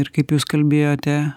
ir kaip jūs kalbėjote